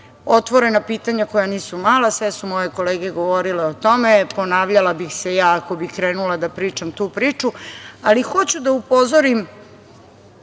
otvorena pitanja koja nisu mala. Sve su moje kolege govorile o tome. Ponavljala bih se ja, ako bih krenula da pričam tu priču, ali hoću da upozorim